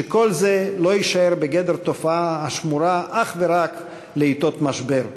שכל זה לא יישאר בגדר תופעה השמורה אך ורק לעתות משבר,